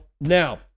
Now